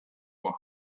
were